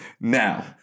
Now